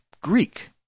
Greek